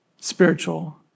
spiritual